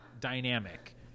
dynamic